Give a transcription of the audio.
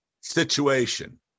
situation